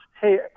Hey